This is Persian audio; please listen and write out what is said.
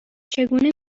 چگونه